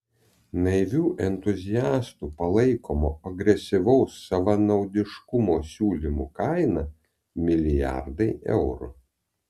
naivių entuziastų palaikomo agresyvaus savanaudiškumo siūlymų kaina milijardai eurų